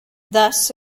thus